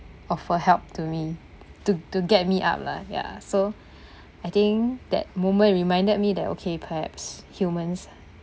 offer help to me to to get me up lah ya so I think that moment reminded me that okay perhaps humans